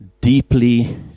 deeply